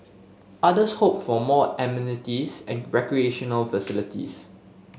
others hoped for more amenities and recreational facilities